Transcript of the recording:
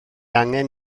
angen